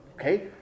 Okay